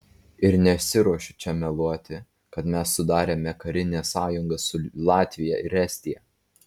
ir nesiruošiu čia meluoti kad mes sudarėme karinę sąjungą su latvija ir estija